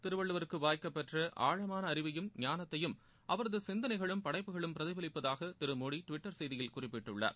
திருவள்ளுவருக்கு வாய்க்கப்பெற்ற ஆழமான அறிவையும் ஞானத்தையும் அவரது சிந்தனைகளும் படைப்புகளும் பிரதிபலிப்பதாக திரு மோடி டுவிட்டர் செய்தியில் குறிப்பிட்டுள்ளார்